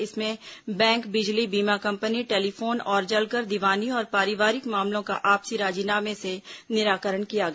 इसमें बैंक बिजली बीमा कंपनी टेलीफोन और जलकर दीवानी और पारिवारिक मामलों का आपसी राजीनामे से निराकरण किया गया